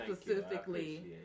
specifically